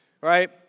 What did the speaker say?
right